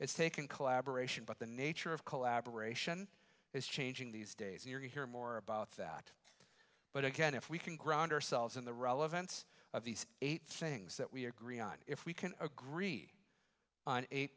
it's taken collaboration but the nature of collaboration is changing these days and you hear more about that but again if we can ground ourselves in the relevance of these eight sayings that we agree on if we can agree on eight